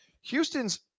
Houston's